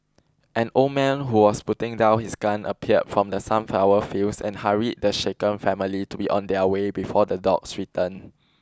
an old man who was putting down his gun appeared from the sunflower fields and hurried the shaken family to be on their way before the dogs return